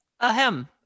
ahem